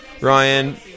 Ryan